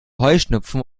heuschnupfen